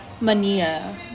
Mania